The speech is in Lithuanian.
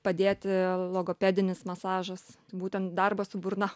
padėti logopedinis masažas būtent darbas su burna